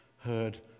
heard